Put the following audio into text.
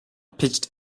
pitched